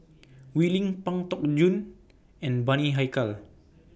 Wee Lin Pang Teck Joon and Bani Haykal